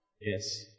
Yes